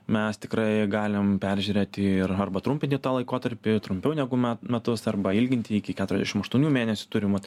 mes tikrai galim peržiūrėti ir arba trumpinti tą laikotarpį trumpiau negu me metus arba ilginti iki keturiasdešim aštuonių mėnesių turim vat